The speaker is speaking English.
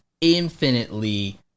infinitely